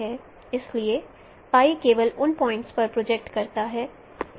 इसलिए केवल उन पॉइंट्स पर प्रोजेक्ट करता है